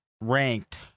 ranked